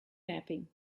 mapping